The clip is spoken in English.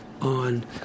on